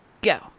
go